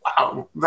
wow